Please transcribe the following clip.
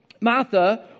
Martha